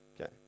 Okay